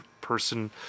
person